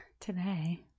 Today